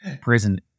prison